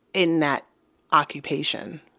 in that occupation